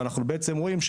ואנחנו בעצם רואים,